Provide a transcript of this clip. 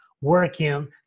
working